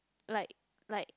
like like